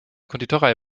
konditorei